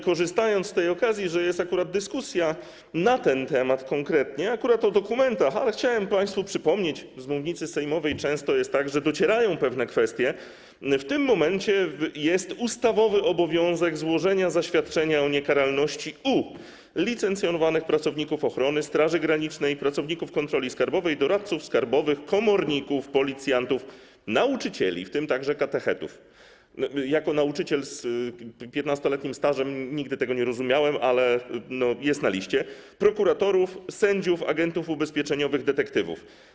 Korzystając z okazji, że jest akurat dyskusja na ten temat konkretnie, akurat o dokumentach, chciałem państwu przypomnieć, bo często jest tak, że z mównicy sejmowej docierają pewne kwestie, że w tym momencie jest ustawowy obowiązek złożenia zaświadczenia o niekaralności w przypadku licencjonowanych pracowników ochrony, Straży Granicznej, pracowników kontroli skarbowej, doradców skarbowych, komorników, policjantów, nauczycieli, w tym także katechetów - jako nauczyciel z 15-letnim stażem nigdy tego nie rozumiałem, ale to jest na liście - prokuratorów, sędziów, agentów ubezpieczeniowych, detektywów.